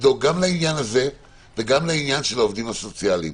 לדאוג גם לעניין הזה וגם לעניין העובדים הסוציאליים.